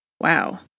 Wow